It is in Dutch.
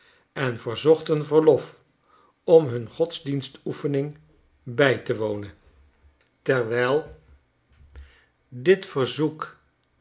en verzochten verlof om nun godsdienstoefening bij te wonen terwiji dit verzoek